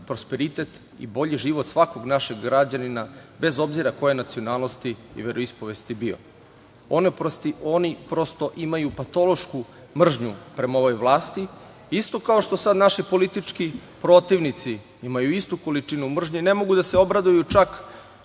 prosperitet i bolji život svakog našeg građanina, bez obzira koje nacionalnosti i veroispovesti bio. Oni, prosto, imaju patološku mržnju prema ovoj vlasti, isto kao što sada naši politički protivnici imaju istu količinu mržnje i ne mogu da se obraduju čak